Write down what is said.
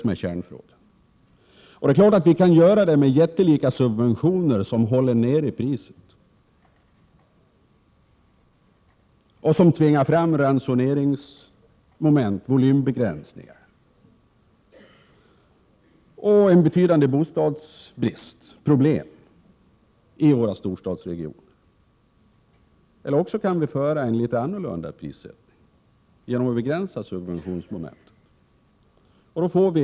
Det är klart att detta går att åstadkomma genom jättelika subventioner som håller nere priset och som tvingar fram ransoneringsmoment, såsom volymbegränsningar, med betydande bostadsbrist i våra storstadsregioner som följd. Å andra sidan kan vi ha en något annorlunda prissättning genom att begränsa subventionerna.